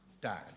Dad